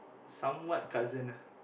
somewhat cousin ah